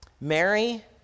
Mary